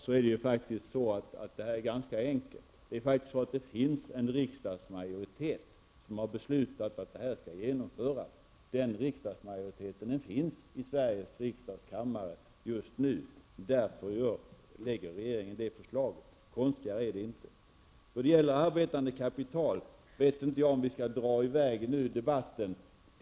Fru talman! Frågan om mervärdeskatten på mat är faktiskt ganska enkel. Det finns en riksdagsmajoritet som har beslutat att detta förslag skall genomföras. Den riksdagsmajoriteten finns i Sveriges riksdags kammare just nu. Därför lägger regeringen fram detta förslag. Konstigare är det inte. Jag vet inte om vi på grund av frågan om arbetande kapital skall dra i väg debatten så långt.